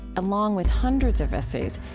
along with hundreds of essays,